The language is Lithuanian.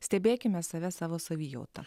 stebėkime save savo savijautą